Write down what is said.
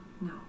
No